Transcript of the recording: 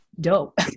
dope